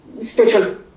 spiritual